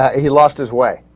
he lost his way